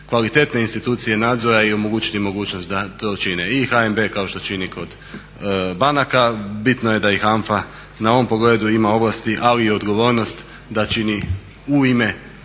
kvalitetne institucije nadzora i omogućiti mogućnost da to učine. I HNB kao što čini kod banaka, bitno je da i HANFA na ovom pogledu ima ovlasti, ali i odgovornost da čini u ime